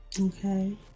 Okay